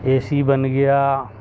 اے C بن گیا